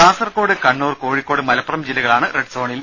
കാസർകോട് കണ്ണൂർ കോഴിക്കോട് മലപ്പുറം ജില്ലകളാണ് റെഡ്സോണിൽ